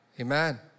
Amen